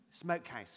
smokehouse